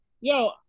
Yo